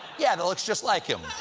yeah but looks just like him.